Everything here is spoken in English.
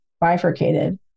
bifurcated